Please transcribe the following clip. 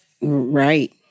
Right